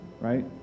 Right